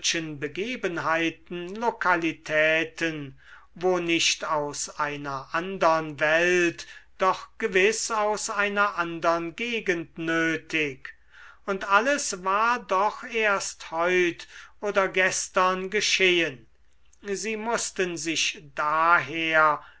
begebenheiten lokalitäten wo nicht aus einer andern welt doch gewiß aus einer andern gegend nötig und alles war doch erst heut oder gestern geschehen sie mußten sich daher